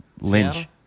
Lynch